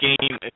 game